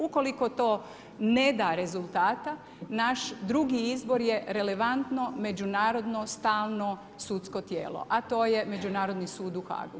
Ukoliko to neda rezultata, naš drugi izbor je relevantno međunarodno stalno sudsko tijelo, a to je Međunarodni sud u HAG-u.